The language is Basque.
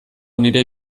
nire